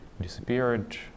disappeared